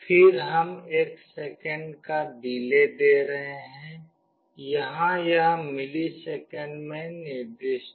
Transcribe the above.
फिर हम एक सेकंड का डिले दे रहे हैं यहां यह मिलीसेकंड में निर्दिष्ट है